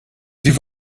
sie